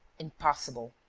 impossible.